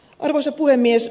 arvoisa puhemies